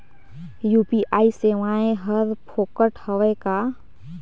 UPI सेवाएं हर फोकट हवय का?